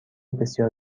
بسیار